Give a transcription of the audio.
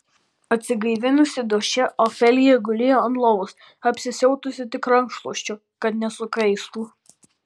atsigaivinusi duše ofelija gulėjo ant lovos apsisiautusi tik rankšluosčiu kad nesukaistų